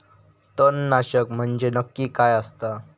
तणनाशक म्हंजे नक्की काय असता?